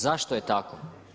Zašto je tako?